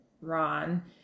Ron